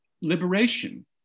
liberation